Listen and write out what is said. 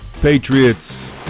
Patriots